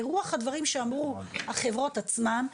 ברוח הדברים שאמרו החברות עצמן.